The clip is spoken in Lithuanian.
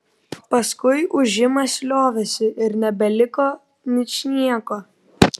paskui ūžimas liovėsi ir nebeliko ničnieko